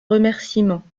remerciement